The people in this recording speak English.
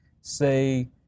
say